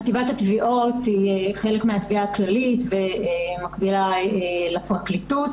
חטיבת התביעות היא חלק מהתביעה הכללית ומקבילה לפרקליטות.